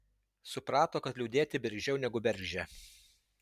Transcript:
suprato kad liūdėti bergždžiau negu bergždžia